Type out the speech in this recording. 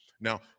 Now